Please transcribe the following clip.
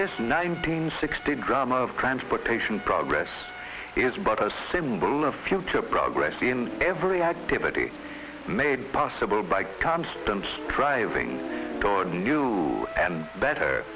this nineteen sixty drama of transportation progress is but a symbol of future progress in every activity made possible by constant striving toward a new and better